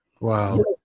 Wow